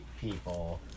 people